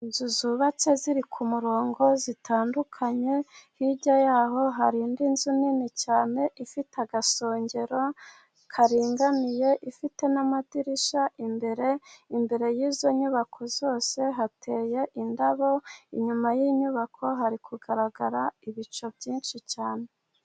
Inzu zubatse ziri ku murongo zitandukanye, hirya yaho hari indi nzu nini cyane ifite agasongero karinganiye, ifite n'amadirisha imbere, imbere y'izo nyubako zose hateye indabo, inyuma y'inyubako hari kugaragara ibicu byinshi cyane.